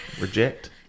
Reject